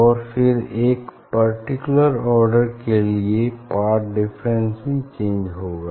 और फिर एक पर्टिकुलर आर्डर के लिए पाथ डिफरेंस भी चेंज होगा